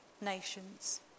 nations